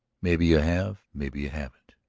maybe you have maybe you haven't.